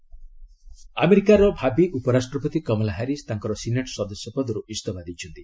କମଲା Harris ଆମେରିକାର ଭାବି ଉପରାଷ୍ଟ୍ରପତି କମଲା ହାରିସ୍ ତାଙ୍କର ସିନେଟ୍ ସଦସ୍ୟ ପଦରୁ ଇସ୍ତଫା ଦେଇଛନ୍ତି